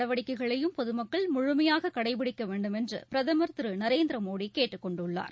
நடவடிக்கைகளையும் பொதுமக்கள் முழுமையாக கடைபிடிக்க வேண்டும் என்று பிரதமர் திரு நரேந்திர மோடி கேட்டுக் கொண்டுள்ளார்